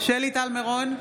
שלי טל מירון,